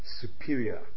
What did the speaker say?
superior